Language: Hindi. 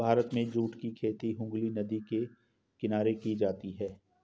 भारत में जूट की खेती हुगली नदी के किनारे की जाती है